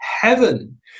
heaven